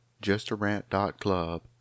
justarant.club